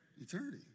Eternity